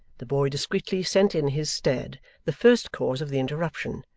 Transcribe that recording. the boy discreetly sent in his stead the first cause of the interruption,